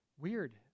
Weird